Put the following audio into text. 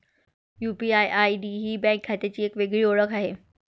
UPI ID ही bank खात्याची एक वेगळी ओळख आहे